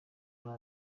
muri